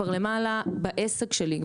בעסק שלי,